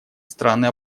страны